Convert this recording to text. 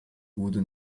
wurde